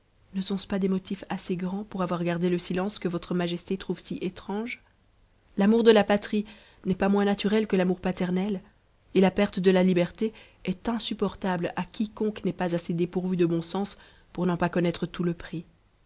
ne sont-ce pas des motifs assez grands pour avoir gardé le silence que votre majesté trouve si étrange l'amour de la patrie n'est pas moins naturel que l'amour paternel et la perte de la liberté est insupportable à quiconque n'est pas assez dépourvu de bon sens pour n'en pas connaitre tout le prix